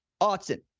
Austin